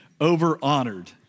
over-honored